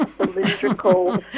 cylindrical